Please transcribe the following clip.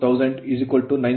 04 1000 960 rpm